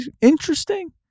interesting